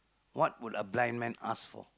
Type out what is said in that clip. what would a blind man ask for